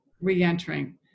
re-entering